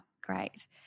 great